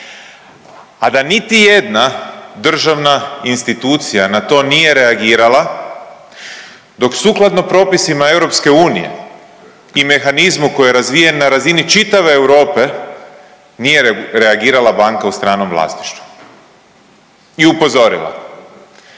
a da niti jedna državna institucija na to nije reagirala dok sukladno propisima EU i mehanizmu koji je razvijen na razini čitave Europe nije reagirala banka u stranom vlasništvu i upozorila